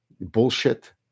bullshit